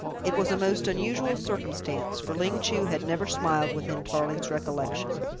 it was a most unusual circumstance, for ling chu had never smiled within tarling's recollection.